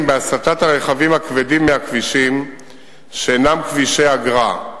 בהסטת הרכבים הכבדים מהכבישים שאינם כבישי אגרה,